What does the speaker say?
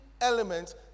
elements